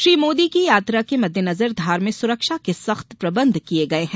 श्री मोदी की यात्रा के मद्देनजर धार में सुरक्षा के सख्त प्रबंध किए गए हैं